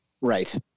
Right